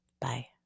Bye